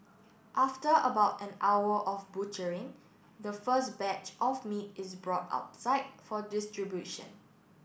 after about an hour of butchering the first batch of meat is brought outside for distribution